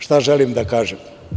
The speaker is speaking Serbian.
Šta želim da kažem?